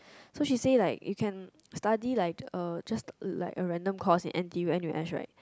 so she say like you can study like uh just like a random course in n_t_u n_u_s right